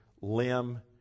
limb